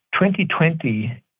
2020